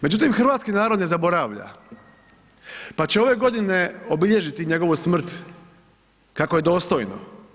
Međutim, hrvatski narod ne zaboravlja pa će ove godine obilježiti njegovu smrt kako je dostojno.